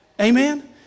Amen